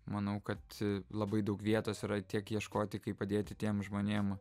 manau kad labai daug vietos yra tiek ieškoti kaip padėti tiem žmonėm